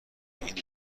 این